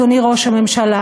אדוני ראש הממשלה,